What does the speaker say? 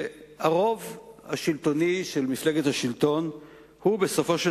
הרוב השלטוני של מפלגת השלטון הוא בסופו של